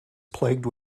plagued